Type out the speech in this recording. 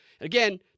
Again